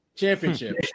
Championship